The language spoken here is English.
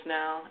now